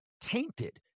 tainted